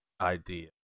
idea